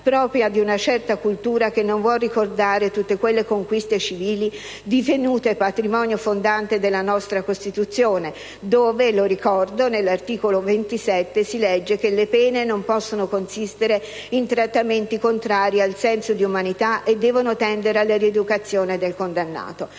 propria di una certa cultura che non vuol ricordare tutte quelle conquiste civili divenute patrimonio fondante della nostra Costituzione, dove - lo ricordo - all'articolo 27 si legge: «Le pene non possono consistere in trattamenti contrari al senso di umanità e devono tendere alla rieducazione del condannato».